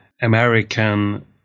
American